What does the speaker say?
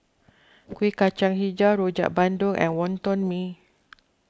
Kuih Kacang HiJau Rojak Bandung and Wonton Mee